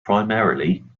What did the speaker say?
primarily